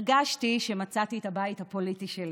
הרגשתי שמצאתי את הבית הפוליטי שלי,